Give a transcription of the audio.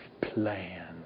plan